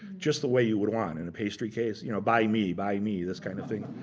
just the way you would want in a pastry case. you know, buy me, buy me, this kind of thing.